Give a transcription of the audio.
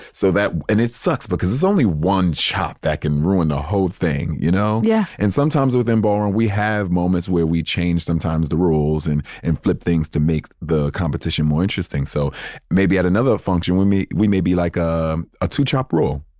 so that and it sucks because there's only one chop that can ruin the whole thing, you know? yeah and sometimes with, in ballroom, we have moments where we change sometimes the rules and and flip things to make the competition more interesting. so maybe at another function we meet, we may be like um a two chop rule.